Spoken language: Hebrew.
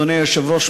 אדוני היושב-ראש,